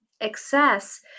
excess